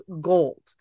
gold